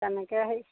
তেনেকে আহি